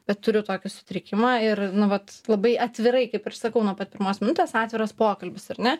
bet turiu tokį sutrikimą ir nu vat labai atvirai kaip ir sakau nuo pat pirmos minutės atviras pokalbis ar ne